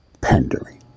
pandering